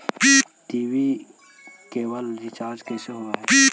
TV cable recharge कैसे होब हइ?